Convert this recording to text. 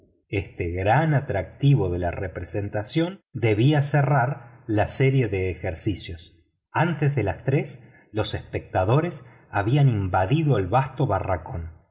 este gran atractivo de la representación debía cerrar la serie de ejercicios antes de las tres los espectadores habían invadido el vasto barracón